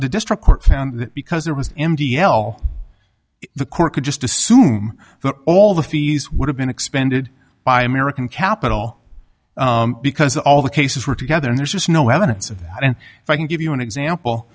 that because there was m t l the court could just assume that all the fees would have been expended by american capital because all the cases were together and there's just no evidence of that and if i can give you an example